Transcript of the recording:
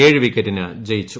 ഏഴ് വിക്കറ്റിന് ജയിച്ചു